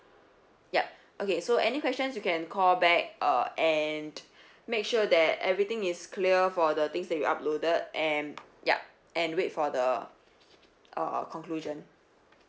yup okay so any questions you can call back uh and make sure that everything is clear for the things that you uploaded and yup and wait for the uh conclusion